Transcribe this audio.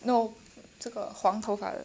no 这个黄头发的